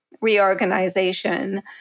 reorganization